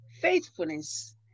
faithfulness